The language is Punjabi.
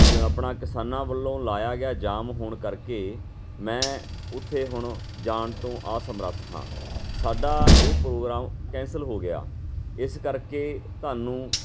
ਗ ਆਪਣਾ ਕਿਸਾਨਾਂ ਵੱਲੋਂ ਲਾਇਆ ਗਿਆ ਜਾਮ ਹੋਣ ਕਰਕੇ ਮੈਂ ਉੱਥੇ ਹੁਣ ਜਾਣ ਤੋਂ ਅਸਮਰੱਥ ਹਾਂ ਸਾਡਾ ਇਹ ਪ੍ਰੋਗਰਾਮ ਕੈਂਸਲ ਹੋ ਗਿਆ ਇਸ ਕਰਕੇ ਤੁਹਾਨੂੰ